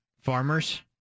Farmers